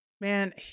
man